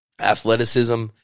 athleticism